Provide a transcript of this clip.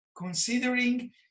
considering